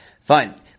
Fine